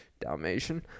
Dalmatian